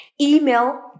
email